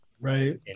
right